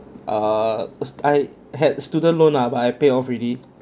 err I had student loan lah but I pay off already